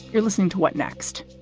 you're listening to what next?